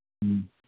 ꯎꯝ